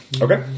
Okay